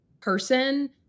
person